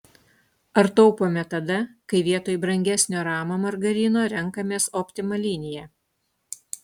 ar taupome tada kai vietoj brangesnio rama margarino renkamės optima liniją